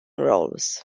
roles